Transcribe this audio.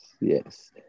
yes